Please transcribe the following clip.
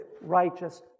righteous